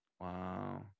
Wow